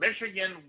Michigan